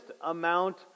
amount